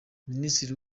minisitiri